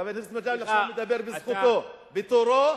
חבר הכנסת מג'אדלה עכשיו מדבר בזכותו, בתורו,